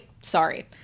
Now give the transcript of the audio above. sorry